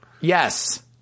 Yes